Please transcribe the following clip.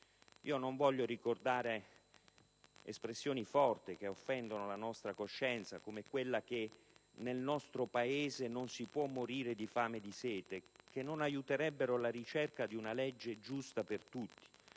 Non voglio ricordare espressioni forti, che offendono la nostra coscienza, come quella che nel nostro Paese non si può morire di fame e di sete, che non aiuterebbero la ricerca di una legge giusta per tutti,